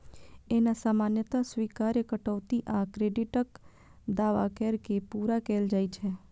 एना सामान्यतः स्वीकार्य कटौती आ क्रेडिटक दावा कैर के पूरा कैल जाइ छै